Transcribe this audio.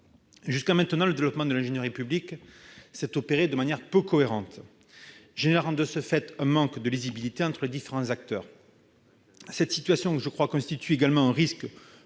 Jusqu'à maintenant, le développement de l'ingénierie publique s'est opéré de manière peu cohérente, générant un manque de lisibilité entre les différents acteurs. Cette situation comporte également un risque